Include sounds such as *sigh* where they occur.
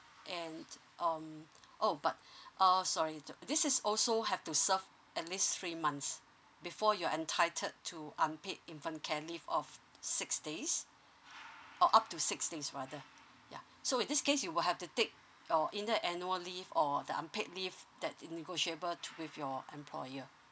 and um oh but *breath* err sorry this is also have to serve at least three months before you're entitled to unpaid infant care leave of six days orh up to six days rather ya so in this case you will have to take your either annual leave or the unpaid leave that negotiable with your employer